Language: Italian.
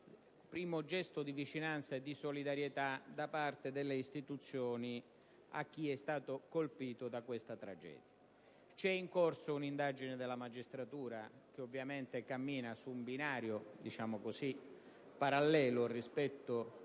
primo gesto di vicinanza e di solidarietà delle istituzioni nei confronti di chi è stato colpito da questa tragedia. È in corso un'indagine della magistratura che, ovviamente, cammina su un binario - diciamo così - parallelo rispetto